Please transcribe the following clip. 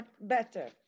better